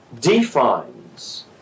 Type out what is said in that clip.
defines